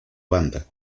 banda